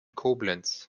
koblenz